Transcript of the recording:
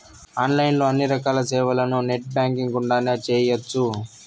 online లో అన్ని రకాల సేవలను నెట్ బ్యాంకింగ్ గుండానే చేయ్యొచ్చు